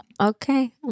Okay